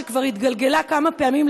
שכבר התגלגלה כמה פעמים,